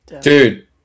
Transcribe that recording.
dude